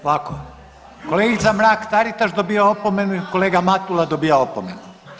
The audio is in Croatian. Ovako, kolegica Mrak Taritaš dobija opomenu i kolega Matula dobija opomenu.